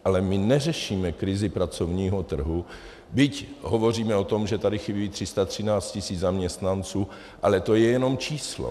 Ale my neřešíme krizi pracovního trhu, byť hovoříme o tom, že tady chybí 313 tis. zaměstnanců, ale to je jenom číslo.